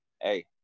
hey